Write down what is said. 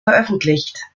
veröffentlicht